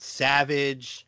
savage